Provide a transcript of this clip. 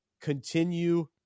continue